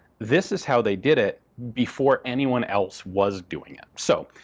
this is how they did it before anyone else was doing it. so,